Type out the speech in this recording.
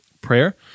prayer